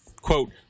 Quote